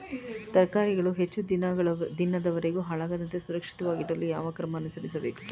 ತರಕಾರಿಗಳು ಹೆಚ್ಚು ದಿನದವರೆಗೆ ಹಾಳಾಗದಂತೆ ಸುರಕ್ಷಿತವಾಗಿಡಲು ಯಾವ ಕ್ರಮ ಅನುಸರಿಸಬೇಕು?